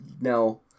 no